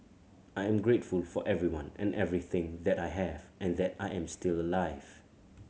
I am grateful for everyone and everything that I have and that I am still alive